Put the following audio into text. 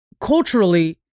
Culturally